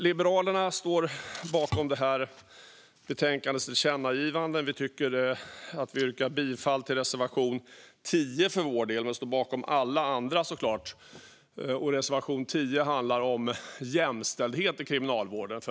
Liberalerna står bakom förslagen till tillkännagivanden i betänkandet. Jag yrkar bifall till reservation 10, men vi står såklart bakom alla våra andra reservationer. Reservation 10 handlar om jämställdhet i kriminalvården.